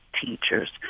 teachers